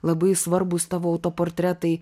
labai svarbūs tavo autoportretai